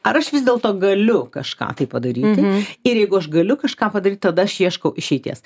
ar aš vis dėlto galiu kažką tai padaryti ir jeigu aš galiu kažką padaryt tada aš ieškau išeities